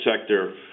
sector